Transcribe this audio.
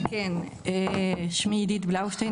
שמי עידית בלאושטיין,